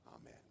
Amen